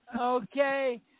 Okay